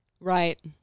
right